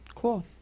Cool